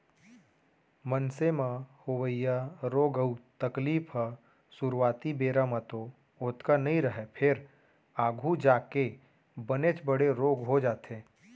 मनसे म होवइया रोग अउ तकलीफ ह सुरूवाती बेरा म तो ओतका नइ रहय फेर आघू जाके बनेच बड़े रोग हो जाथे